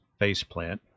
faceplant